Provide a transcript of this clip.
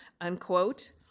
unquote